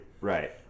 Right